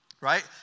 right